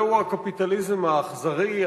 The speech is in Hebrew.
זהו הקפיטליזם האכזרי,